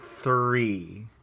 three